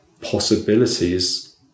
possibilities